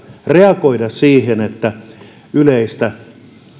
reagoida siihen että yleistä